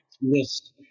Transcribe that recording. Yes